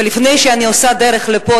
ולפני שאני עושה את הדרך לפה,